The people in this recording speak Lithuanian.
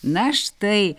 na štai